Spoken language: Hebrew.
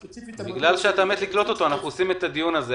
ספציפית --- בגלל שאתה מת לקלוט אותו אנחנו מקיימים את הדיון הזה.